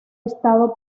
estado